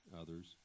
others